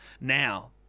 Now